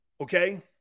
Okay